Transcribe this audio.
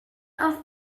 auf